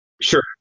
Sure